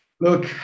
look